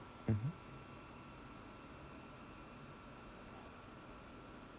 mmhmm